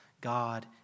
God